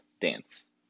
dance